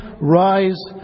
rise